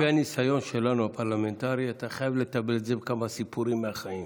לפי הניסיון הפרלמנטרי שלנו אתה חייב לתבל את זה בכמה סיפורים מהחיים.